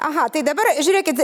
aha tai dabar žiūrėkit